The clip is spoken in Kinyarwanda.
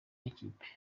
n’ikipe